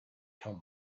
come